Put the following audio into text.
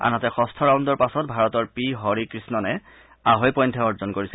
আনহাতে ষষ্ঠ ৰাউণ্ডৰ পাছত ভাৰতৰ পি হৰিকৃষ্ণনে আঢ়ৈ পইণ্টহে অৰ্জন কৰিছে